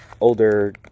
older